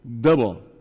Double